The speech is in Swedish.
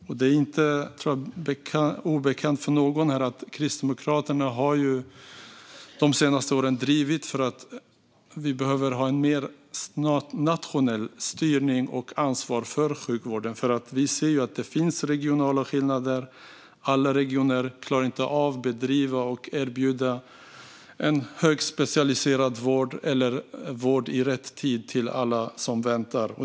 Jag tror inte att det är obekant för någon här att Kristdemokraterna de senaste åren har drivit att vi behöver ha mer nationell styrning och nationellt ansvar för sjukvården. Vi ser att det finns regionala skillnader. Alla regioner klarar inte av att bedriva och erbjuda högspecialiserad vård och vård i rätt tid till alla som väntar.